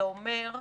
אתה אומר: